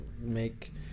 make